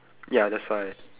ya that's why